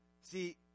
See